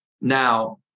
Now